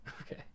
Okay